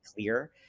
clear